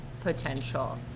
potential